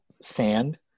sand